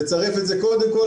לצרף את זה קודם כל,